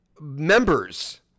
members